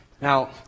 Now